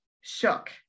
Shook